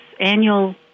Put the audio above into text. annual